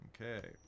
Okay